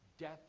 death